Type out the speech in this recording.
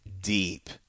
deep